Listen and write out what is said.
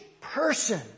person